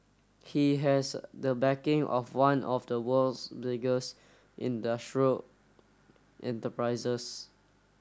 he has the backing of one of the world's biggest industrial enterprises